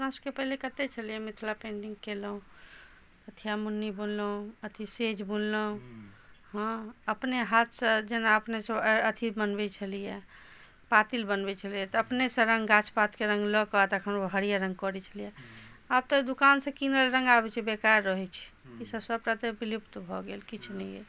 अपना सबके पहले कतेक छलै मिथिला पेन्टिङ्ग केलहुँ पथिया मउनी बुनलहुँ अथी सेज बुनलहुँ हँ अपने हाथसँ जेना अपने सब अथी बनबै छलिए पातिल बनबै छलिए तऽ अपनेसँ रङ्ग गाछ पातके रंगलक तखन ओ हरियर रङ्ग करै छलिए आब तऽ दोकानसँ कीनल रङ्ग आबै छै बेकार रहै छै ईसब सबटा तऽ विलुप्त भऽ गेल किछु नहि अछि